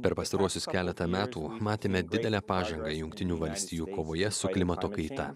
per pastaruosius keletą metų matėme didelę pažangą jungtinių valstijų kovoje su klimato kaita